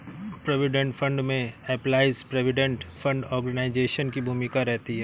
provident fund में employees provident fund organisation की भूमिका रहती है